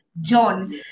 John